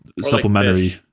supplementary